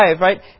right